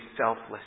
selfless